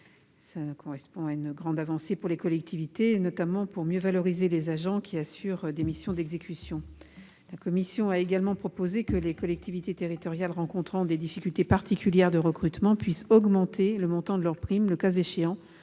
Elle constitue une grande avancée pour les collectivités, notamment pour mieux valoriser les agents qui assurent des missions d'exécution. La commission a également proposé que les collectivités territoriales rencontrant des difficultés particulières de recrutement puissent augmenter le montant de leurs primes, le cas échéant